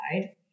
side